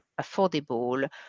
affordable